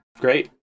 great